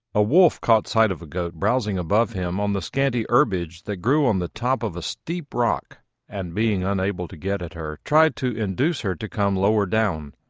a wolf caught sight of a goat browsing above him on the scanty herbage that grew on the top of a steep rock and being unable to get at her, tried to induce her to come lower down.